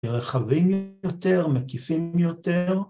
‫מרחבים יותר, מקיפים יותר.